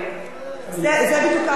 זה בדיוק, יש לך עוד דקה.